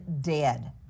dead